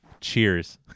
Cheers